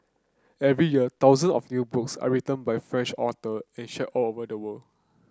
every year thousand of new books are written by French author and shared all over the world